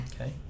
Okay